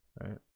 right